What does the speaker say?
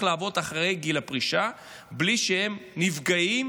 לעבוד אחרי גיל הפרישה בלי שהם נפגעים